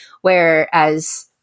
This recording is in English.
Whereas